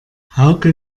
hauke